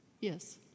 yes